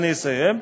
אני אסיים.